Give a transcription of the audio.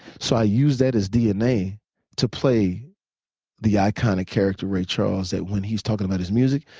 so i used that as dna to play the iconic character ray charles, that when he's talking about his music,